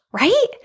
Right